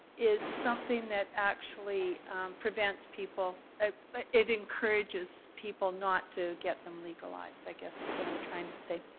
is something that actually prevents people ah but it encourages people not to get them legalized, i guess, is what i am trying to say.